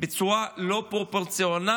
בצורה לא פרופורציונלית,